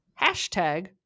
hashtag